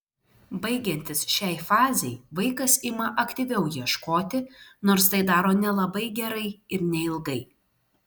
baigiantis šiai fazei vaikas ima aktyviau ieškoti nors tai daro nelabai gerai ir neilgai